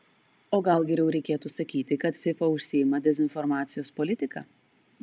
o gal geriau reikėtų sakyti kad fifa užsiima dezinformacijos politika